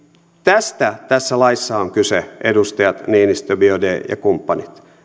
tästä tässä laissa on kyse edustajat niinistö biaudet ja kumppanit